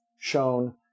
shown